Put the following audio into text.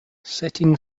setting